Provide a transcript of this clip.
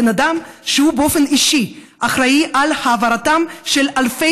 בן אדם שבאופן אישי אחראי להעברתם של אלפי